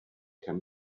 can